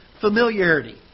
familiarity